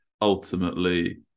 ultimately